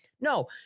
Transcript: No